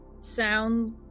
sound